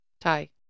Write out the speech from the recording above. Thai